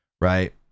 right